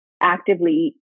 actively